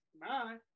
Bye